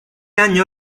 año